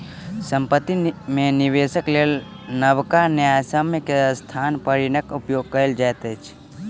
संपत्ति में निवेशक लेल नबका न्यायसम्य के स्थान पर ऋणक उपयोग कयल जाइत अछि